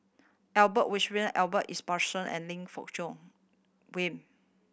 Albert Winsemius Robert Ibbetson and Lim Fong Jock